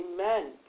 amen